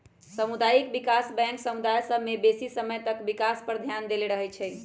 सामुदायिक विकास बैंक समुदाय सभ के बेशी समय तक विकास पर ध्यान देले रहइ छइ